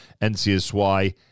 NCSY